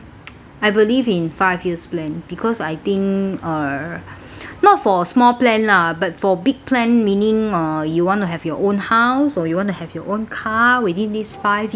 I believe in five years plan because I think err not for small plan lah but for big plan meaning uh you want to have your own house or you want to have your own car within these five years